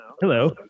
Hello